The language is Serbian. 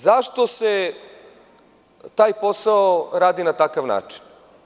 Ali, zašto se taj posao radi na takav način?